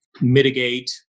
mitigate